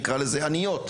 נקרא לזה עניות,